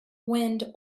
wind